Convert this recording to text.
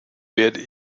werde